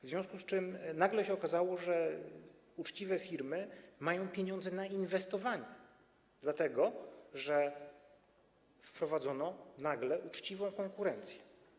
W związku z tym nagle się okazało, że uczciwe firmy mają pieniądze na inwestowanie, dlatego że wprowadzono uczciwą konkurencję.